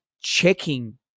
checking